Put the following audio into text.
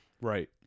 Right